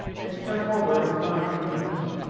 and turn over in his mind in english.